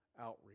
outreach